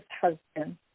husband